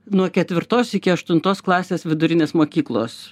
nuo ketvirtos iki aštuntos klasės vidurinės mokyklos